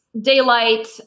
daylight